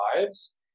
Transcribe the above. lives